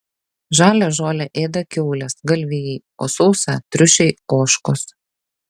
žalią žolę ėda kiaulės galvijai o sausą triušiai ožkos